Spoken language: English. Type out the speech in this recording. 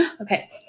Okay